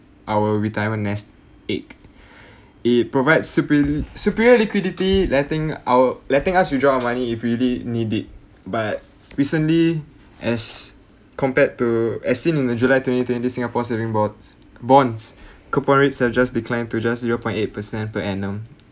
our retirement nest egg it provides supe~ superior liquidity letting our letting us withdraw our money if really need it but recently as compared to as seen in the july twenty twenty singapore saving bonds bonds corporate suggest declined to just zero point eight percent per annum